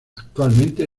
actualmente